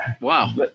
Wow